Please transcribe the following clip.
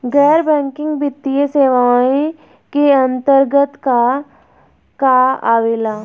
गैर बैंकिंग वित्तीय सेवाए के अन्तरगत का का आवेला?